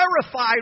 terrified